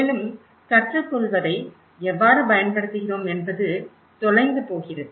மேலும் கற்றுக்கொள்வதை எவ்வாறு பயன்படுத்துகிறோம் என்பது தொலைந்து போகிறது